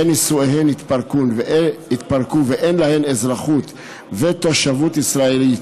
נישואיהן התפרקו ואין להן אזרחות ותושבות ישראלית,